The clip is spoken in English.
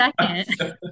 Second